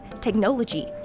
technology